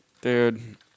Dude